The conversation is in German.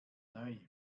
neu